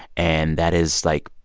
and that is, like,